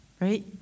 right